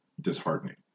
disheartening